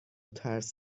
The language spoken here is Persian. ترس